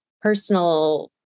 personal